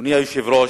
אדוני היושב-ראש,